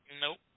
Nope